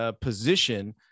position